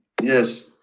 Yes